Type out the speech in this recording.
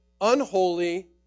unholy